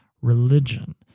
religion